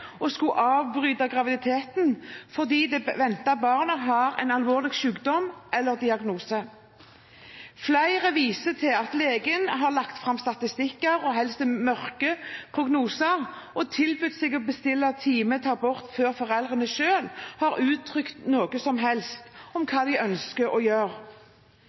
og mørke prognoser og tilbudt seg å bestille time til abort før foreldrene selv har uttrykt noe som helst om hva de ønsker å gjøre.